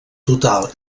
total